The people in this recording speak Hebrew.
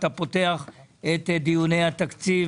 אתה פותח את דיוני התקציב,